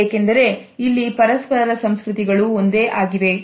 ಏಕೆಂದರೆ ಇಲ್ಲಿ ಪರಸ್ಪರರ ಸಂಸ್ಕೃತಿಗಳು ಒಂದೇ ಆಗಿವೆ